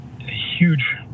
huge